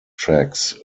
tracks